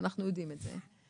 אנחנו יודעים את זה,